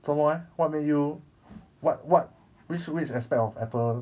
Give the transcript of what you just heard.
早安外面 you what what which which aspect of apple